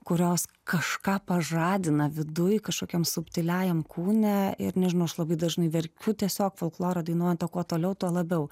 kurios kažką pažadina viduj kažkokiam subtiliajam kūne ir nežinau aš labai dažnai verkiu tiesiog folkloro dainuojant o kuo toliau tuo labiau